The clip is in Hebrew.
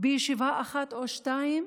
בישיבה אחת או שתיים,